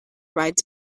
rides